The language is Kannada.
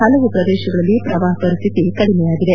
ಹಲವು ಪ್ರದೇಶಗಳಲ್ಲಿ ಪ್ರವಾಹ ಪರಿಸ್ಥಿತಿ ಕಡಿಮೆಯಾಗಿದೆ